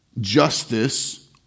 justice